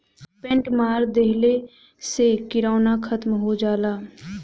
paint मार देहले से किरौना खतम हो जाला